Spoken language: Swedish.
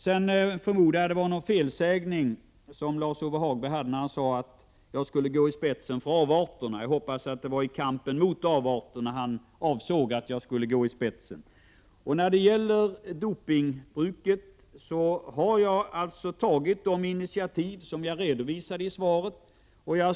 Jag förmodar att det var en felsägning när Lars-Ove Hagberg sade att jag skulle gå i spetsen för avarterna. Jag hoppas att det var i kampen mot avarterna som han ansåg att jag skall gå i spetsen. När det gäller dopingbruket har jag tagit de initiativ som jag redovisade i svaret.